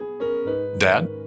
Dad